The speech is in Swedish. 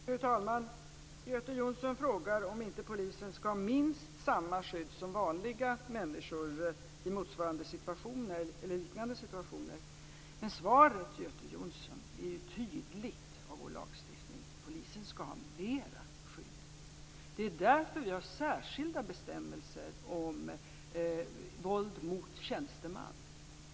Fru talman! Göte Jonsson frågar om polisen inte skall ha minst samma skydd som vanliga människor i liknande situationer. Svaret är tydligt i vår lagstiftning: polisen skall ha mera skydd. Det är därför vi har särskilda bestämmelser om våld mot tjänsteman.